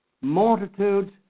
multitudes